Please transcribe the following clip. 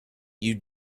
you